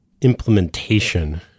implementation